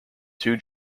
two